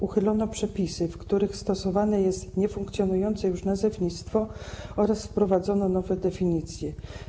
Uchylono przepisy, w których stosowane jest niefunkcjonujące już nazewnictwo, oraz wprowadzono nowe definicje.